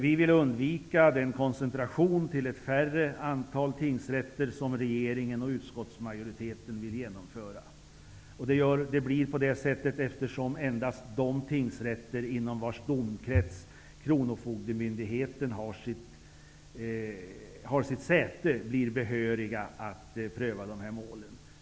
Vi vill undvika den koncentration till ett mindre antal tingsrätter som regeringen och utskottsmajoriteten vill genomföra genom att endast de tingsrätter inom vars domkrets kronofogdemyndigheten har sitt säte skall bli behöriga att pröva dessa mål.